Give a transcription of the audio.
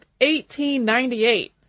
1898